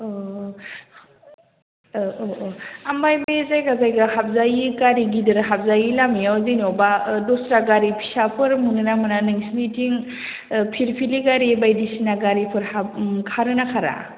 औ औ औ औ औ औ ओमफ्राय बे जायगा जायगा हाबजायै गारि गिदिर हाबजायै लामायाव जेनेबा दस्रागारि फिसाफोर मोनोना मोना नोंसोरनिथिं फिरफिलि गारि बायदिसिना गारिफोर हाब खारोना खारा